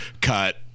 cut